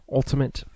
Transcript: ultimate